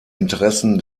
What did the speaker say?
interessen